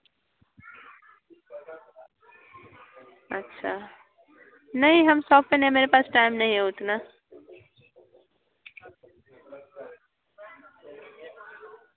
अच्छा नहीं हम शॉप पर नहीं मेरे पास टाइम नहीं है उतना